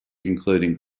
including